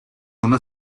una